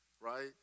right